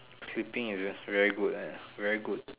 sleeping is very good eh very good